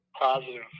positive